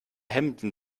hemden